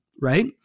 right